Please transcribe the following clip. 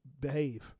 behave